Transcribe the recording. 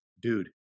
Dude